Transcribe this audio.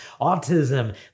autism